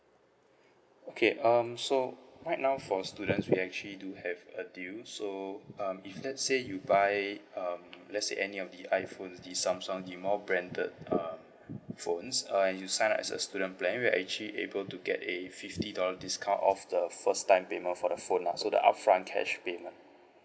okay um so right now for students we actually do have a deal so um if let's say you buy um let's say any of the iPhones the Samsung the more branded um phones uh you sign up as a student plan you actually able to get a fifty dollar discount off the first time payment for the phone lah so the upfront cash payment